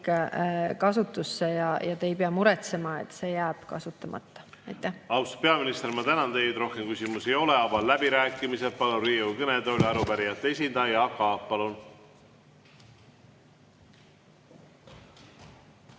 kasutusse ja te ei pea muretsema, et see jääb kasutamata. Austatud